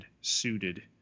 suited